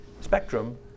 spectrum